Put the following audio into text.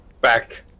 back